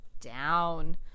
down